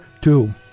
two